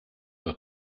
are